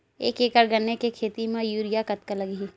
एक एकड़ गन्ने के खेती म यूरिया कतका लगही?